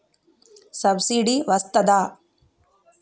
Subsidy వస్తదా?